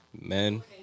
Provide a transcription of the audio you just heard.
Men